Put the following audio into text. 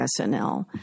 SNL